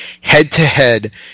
head-to-head